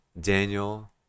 Daniel